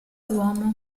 duomo